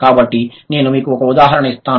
కాబట్టి నేను మీకు ఒక ఉదాహరణ ఇస్తాను